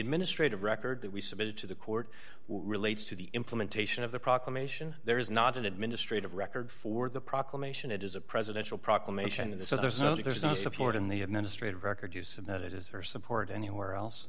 administrative record that we submitted to the court relates to the implementation of the proclamation there is not an administrative record for the proclamation it is a presidential proclamation and so there's only there's no support in the administrative record to submit it is or support anywhere else